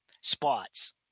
spots